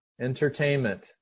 Entertainment